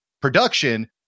production